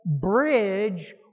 bridge